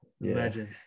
Imagine